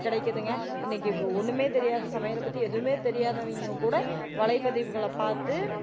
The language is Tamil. கெடைக்குதுங்க இன்னைக்கு ஒன்றுமே தெரியாத சமையலை பற்றி எதுவும் தெரியாதவங்க கூட வலைப்பதிவுகளை பார்த்து